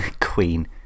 Queen